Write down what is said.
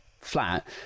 flat